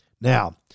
Now